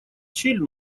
щель